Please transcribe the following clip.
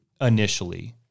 initially